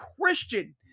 christian